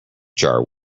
jar